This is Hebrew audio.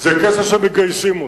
זה כסף שמגייסים אותו.